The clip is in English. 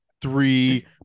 three